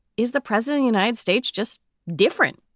is the president united states just different?